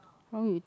how long you take